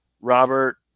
Robert